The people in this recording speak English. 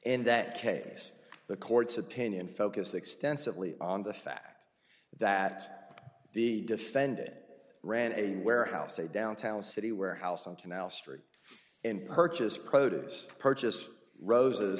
and that case the court's opinion focus extensively on the fact that the defended ran a warehouse a downtown city warehouse on canal street and purchase produce purchased roses